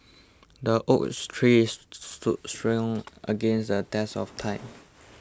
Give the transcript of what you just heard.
the oak tree strong against the test of time